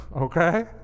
Okay